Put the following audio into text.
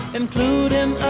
including